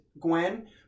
Gwen